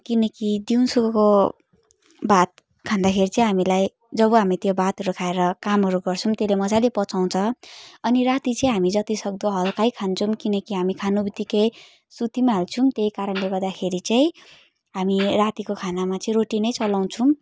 किनकि दिउँसोको भात खाँदाखेरि चाहिँ हामीलाई जब हामी त्यो भातहरू खाएर कामहरू गर्छौँ त्यसले मजाले पचाउँछ अनि राति चाहिँ हामी जति सक्दो हल्का खान्छौँ किनकि हामी खाने बित्तिकै सुतिहाल्छौँ त्यस कारणले गर्दाखेरि चाहिँ हामी रातिको खानामा चाहिँ रोटी नै चलाउँछौँ